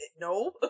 no